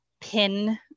pin